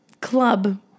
club